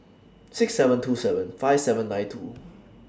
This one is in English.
six seven two seven five seven nine two